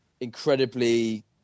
incredibly